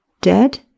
Dead